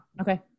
Okay